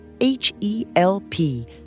H-E-L-P